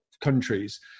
countries